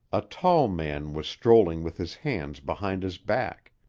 a tall man was strolling with his hands behind his back.